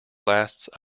lasts